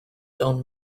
down